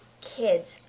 Kids